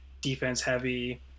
defense-heavy